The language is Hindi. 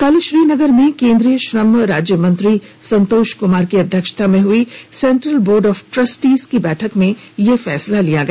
कल श्रीनगर में केंद्रीय श्रम राज्य मंत्री संतोष कुमार की अध्यक्षता में हुई सेंट्रल बोर्ड ऑफ ट्रस्टी की बैठक में यह फैसला लिया गया